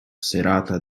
serata